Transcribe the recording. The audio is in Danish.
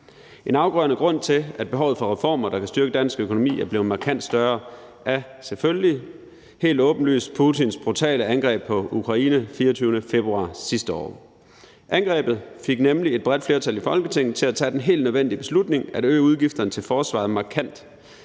En afgørende grund til, at behovet for reformer, der kan styrke dansk økonomi, er blevet markant større, er selvfølgelig helt åbenlyst Putins brutale angreb på Ukraine den 24. februar sidste år. Angrebet fik nemlig et bredt flertal i Folketinget til at tage den helt nødvendige beslutning at øge udgifterne til forsvaret markant,